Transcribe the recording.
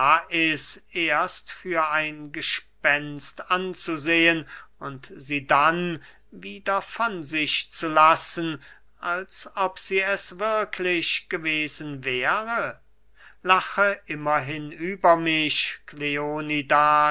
lais erst für ein gespenst anzusehen und sie dann wieder von sich zu lassen als ob sie es wirklich gewesen wäre lache immerhin über mich